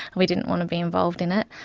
we didn't want to be involved in it.